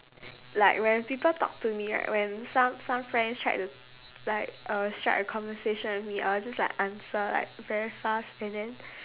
like when people talk to me right when some some friends tried to like uh strike a conversion with me I will just like answer like very fast and then